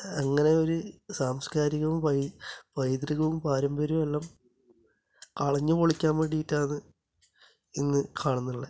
അങ്ങനെ ഒരു സാംസ്കാരികവും പൈതൃകവും പാരമ്പര്യവും എല്ലാം കളഞ്ഞു പൊളിക്കാൻ വേണ്ടിയിട്ടാണ് ഇന്ന് കാണുന്നുള്ളത്